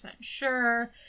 sure